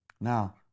Now